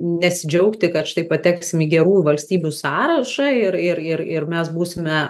nesidžiaugti kad štai pateksim į gerųjų valstybių sąrašą ir ir ir ir mes būsime